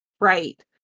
Right